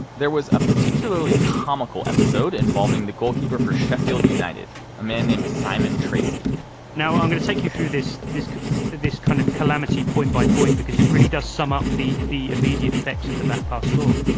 there was a particularly comical episode involving the goalkeeper for sheffield united, a man named simon tracey now, i'm going to take you through this this this kind of calamity point-by-point because it really does sum up the the immediate effects of the backpass law.